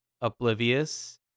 oblivious